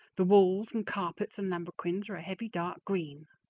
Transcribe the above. the walls and carpets and lambrequins are a heavy dark green.